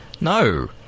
no